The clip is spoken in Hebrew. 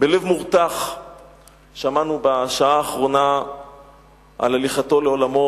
בלב מורתח שמענו בשעה האחרונה על הליכתו לעולמו